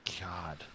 God